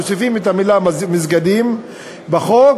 מוסיפים את המילה "מסגדים" בחוק,